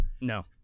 no